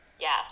Yes